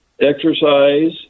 exercise